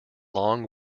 long